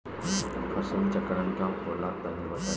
फसल चक्रण का होला तनि बताई?